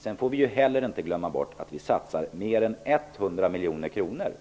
Sedan får vi heller inte glömma bort att vi satsar mer än 100 miljoner kronor